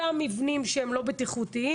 אותם מבנים שהם לא בטיחותיים.